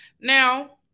Now